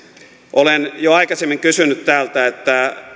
olen jo aikaisemmin kysynyt täältä että